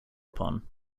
upon